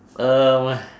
um